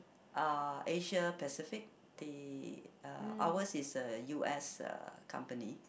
uh Asia Pacific they uh ours is uh U_S uh company